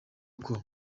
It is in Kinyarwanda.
cool